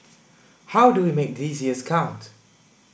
how do we make these years count